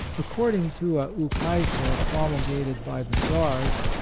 according to a ukase promul gated by the czars,